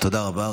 תודה רבה,